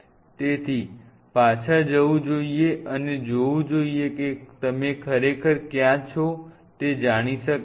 તેથી પાછા જવું જોઈએ અને જોવું જોઈએ કે તમે ખરેખર ક્યાં છો તે જાણી શકાય